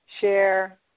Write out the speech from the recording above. share